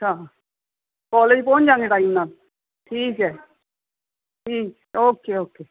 ਅੱਛਾ ਕੋਲਜ ਪਹੁੰਚ ਜਾਂਦੇ ਟਾਈਮ ਨਾਲ ਠੀਕ ਹੈ ਠੀਕ ਓਕੇ ਓਕੇ